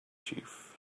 chief